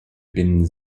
binnen